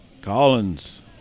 Collins